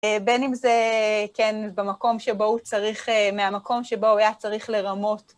בין אם זה, כן, במקום שבו הוא צריך, מהמקום שבו היה צריך לרמות.